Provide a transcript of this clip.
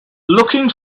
looking